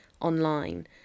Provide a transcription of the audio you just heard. online